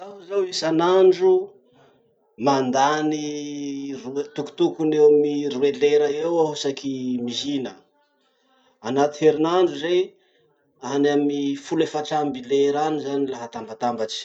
Zaho zao isanandro mandany roe, tokotokony eo amy roe lera eo aho isaky mihina. Anaty herinandro zay, any amy folo efatry amby lera any zany laha atambatambatry.